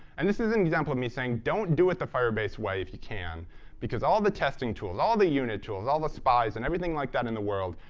and this is an example of me saying, don't do it the firebase way if you can because all the testing tools, all the unit tools, all the spies and everything like that in the world,